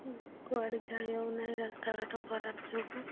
ହୁଁ କୁଆଡ଼େ ଯାଇ ହେଉ ନାହିଁ ରାସ୍ତା ଘାଟ ଖରାପ ଯୋଗୁଁ